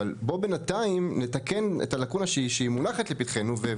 אבל בוא לבינתיים נתקן את הלקונה שמונחת לפנינו,